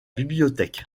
bibliothèque